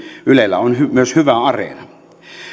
ylellä on myös hyvä areena